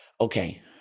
okay